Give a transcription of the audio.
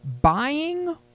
buying